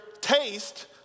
taste